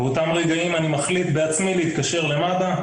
באותם רגעים אני מחליט בעצמי, להתקשר למד"א,